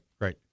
right